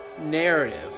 narrative